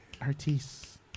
Artis